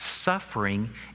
Suffering